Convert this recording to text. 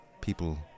People